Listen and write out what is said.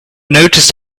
noticed